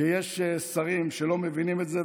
שיש שרים שלא מבינים את זה,